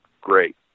great